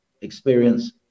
experience